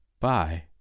Bye